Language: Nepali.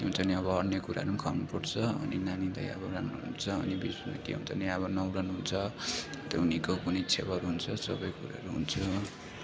त्यहाँ चाहिँ अब अन्य कुराहरू पनि खुवाउनुपर्छ अनि नानीलाई अब राम्रो हुन्छ अनि पनि अब अब न्वारन हुन्छ त्यो पनि को छेवर हुन्छ सबै कुराहरू हुन्छ हो